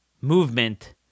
movement